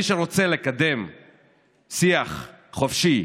לכן, מי שרוצה לקדם שיח חופשי,